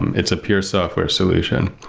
um it's a pure software solution.